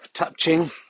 touching